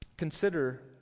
Consider